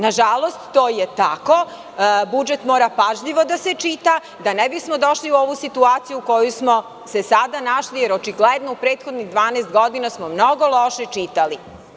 Nažalost, to je tako, budžet mora pažljivo da se čita da ne bismo došli u ovu situaciju u kojoj smo se sada našli, jer očigledno u prethodnih 12 godina smo mnogo loše čitali.